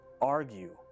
argue